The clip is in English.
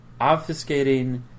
obfuscating